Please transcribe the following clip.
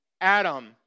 Adam